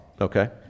Okay